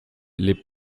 les